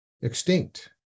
extinct